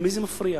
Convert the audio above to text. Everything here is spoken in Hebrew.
למי זה מפריע?